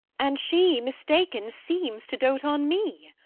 and she, mistaken, seems to dote on me.